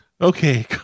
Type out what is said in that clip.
Okay